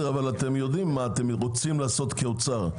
אבל אתם יודעים מה אתם רוצים לעשות כאוצר.